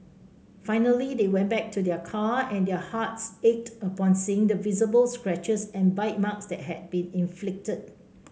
finally they went back to their car and their hearts ached upon seeing the visible scratches and bite marks that had been inflicted